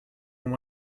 and